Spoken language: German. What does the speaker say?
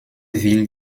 will